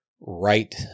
right